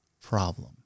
problem